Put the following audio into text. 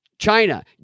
China